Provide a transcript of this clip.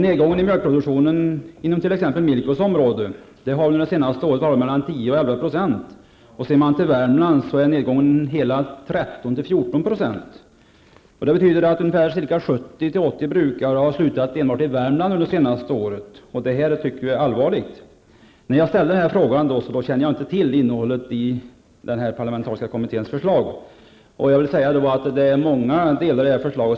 Nedgången i mjölkproduktionen inom t.ex. Milkos verksamhetsområde har under det senaste året varit mellan 10 och 11 %, och i Värmland har nedgången varit hela 13--14 %. Enbart i Värmland har ca 70--80 brukare slutat det senaste året. Vi tycker att det här är allvarligt. När jag ställde min fråga kände jag inte till innehållet i den parlamentariska kommitténs förslag. Jag vill säga att jag känner sympati för många delar i dess förslag.